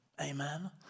Amen